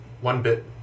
one-bit